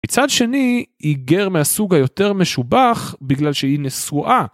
מצד שני, היא גר מהסוג היותר משובח, בגלל שהיא נשואה.